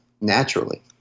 naturally